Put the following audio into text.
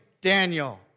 Daniel